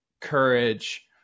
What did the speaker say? courage